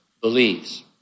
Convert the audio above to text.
believes